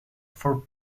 for